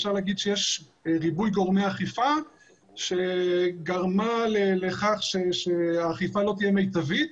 יש ריבוי גורמי אכיפה שגרם לכך שהאכיפה לא תהיה מיטבית.